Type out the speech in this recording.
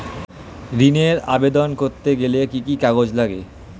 ঋণের আবেদন করতে গেলে কি কি কাগজ লাগে?